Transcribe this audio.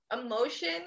emotion